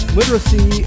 literacy